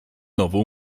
nową